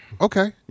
okay